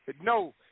No